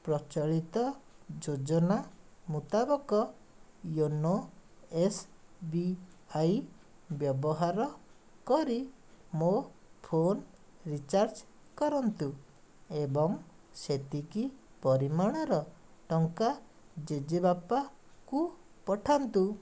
ପ୍ରଚଳିତ ଯୋଜନା ମୁତାବକ ୟୋନୋ ଏସ୍ ବି ଆଇ ବ୍ୟବହାର କରି ମୋ ଫୋନ ରିଚାର୍ଜ କରନ୍ତୁ ଏବଂ ସେତିକି ପରିମାଣର ଟଙ୍କା ଜେଜେବାପା କୁ ପଠାନ୍ତୁ